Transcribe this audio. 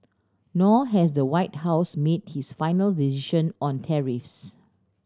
nor has the White House made its final decision on tariffs